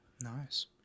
Nice